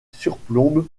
surplombe